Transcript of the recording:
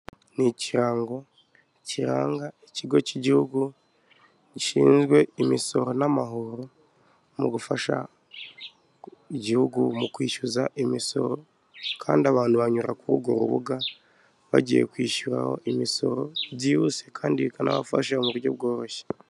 Ni ikirango kiranga ikigo cy'igihugu gishinzwe imisoro n'amahoro mu gufasha igihugu mu kwishyuza imisoro kandi abantu banyura kuri urwo rubuga bagiye kwishyuraho imisoro, byihuse kandi bikanabafasha mu buryo bworoshye.